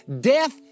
death